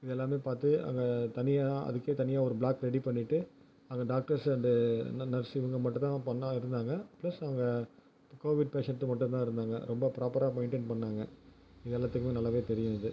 இது எல்லாமே பார்த்து அங்கே தனியாக அதுக்கே தனியாக ஒரு பிளாக் ரெடி பண்ணிட்டு அங்கே டாக்டர்ஸ் அண்டு ந நர்ஸு இவங்க மட்டும்தான் பண்ணா இருந்தாங்க பிளஸ் அவங்க கோவிட் பேஷண்ட் மட்டும்தான் இருந்தாங்க ரொம்ப ப்ராப்பராக மெயின்டென் பண்ணாங்க இது எல்லாத்துக்குமே நல்லாவே தெரியும் இது